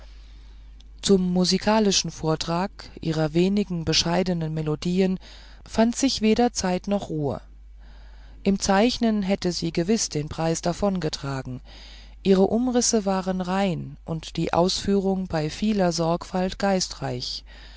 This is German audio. zum musikalischen vortrag ihrer wenigen bescheidenen melodien fand sich weder zeit noch ruhe im zeichnen hätte sie gewiß den preis davongetragen ihre umrisse waren rein und die ausführung bei vieler sorgfalt geistreich